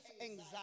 anxiety